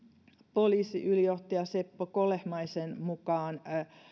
poliisiylijohtaja seppo kolehmaisen mukaan